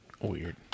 Weird